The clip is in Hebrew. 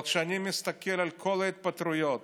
אבל כשאני מסתכל על כל ההתפטרויות